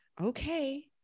Okay